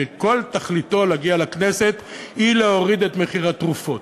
שכל תכלית הגעתו לכנסת היא להוריד את מחיר התרופות.